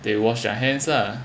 they wash their hands lah